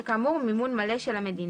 שכאמור הוא מימון מלא של המדינה.